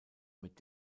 mit